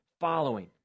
following